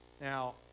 Now